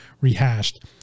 rehashed